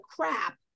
crap